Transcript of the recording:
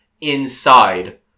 inside